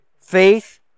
Faith